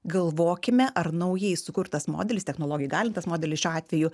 galvokime ar naujai sukurtas modelis technologijų įgalintas modelis šiuo atveju